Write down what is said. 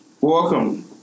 welcome